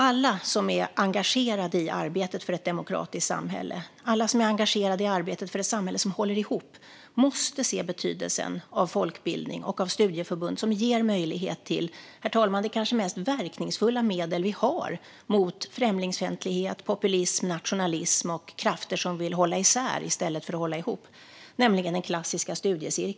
Alla som är engagerade i arbetet för ett demokratiskt samhälle, alla som är engagerade i arbetet för ett samhälle som håller ihop, måste se betydelsen av folkbildning och av studieförbund som ger möjlighet till, herr talman, det kanske mest verkningsfulla medel som finns mot främlingsfientlighet, populism, nationalism och krafter som vill hålla isär i stället för att hålla ihop, nämligen den klassiska studiecirkeln.